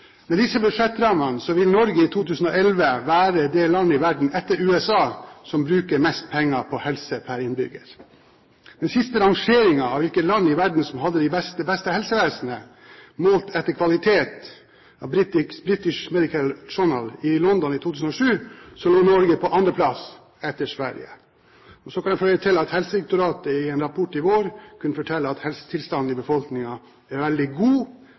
Med disse budsjettrammer vil Norge i 2011 være det land i verden, etter USA, som bruker mest penger på helse per innbygger. I den siste rangeringen av hvilke land i verden som hadde det beste helsevesenet, målt etter kvalitet av British Medical Journal i London i 2007, lå Norge på andreplass, etter Sverige. Så kan jeg føye til at Helsedirektoratet i en rapport i vår kunne fortelle at helsetilstanden i befolkningen er veldig god